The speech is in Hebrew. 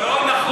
לא נכון.